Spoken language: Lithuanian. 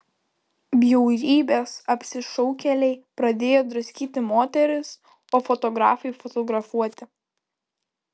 bjaurybės apsišaukėliai pradėjo draskyti moteris o fotografai fotografuoti